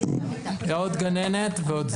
עוד גננת ועוד.